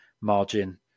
margin